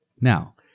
Now